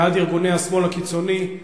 בעד ארגוני השמאל הקיצוני.